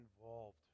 involved